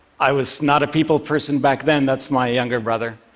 i was not a people person back then. that's my younger brother.